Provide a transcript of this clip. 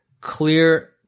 clear